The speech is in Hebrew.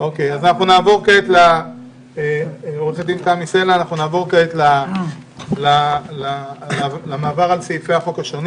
נעבור לעורכת דין תמי סלע, נעבור על סעיפי החוק.